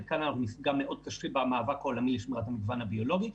וגם נפגע מאוד קשה במאבק העולמי לשמירת המגוון הביולוגי.